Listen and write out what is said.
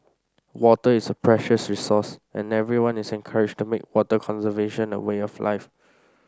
water is a precious resource and everyone is encouraged to make water conservation a way of life